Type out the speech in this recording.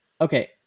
Okay